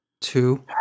two